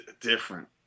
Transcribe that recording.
different